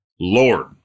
Lord